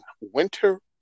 Winter